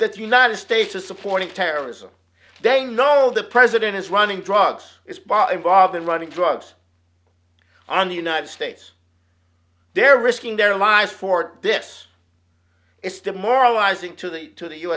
that united states is supporting terrorism they know the president is running drugs is by involved in running drugs on the united states they're risking their lives for this it's demoralizing to the to the u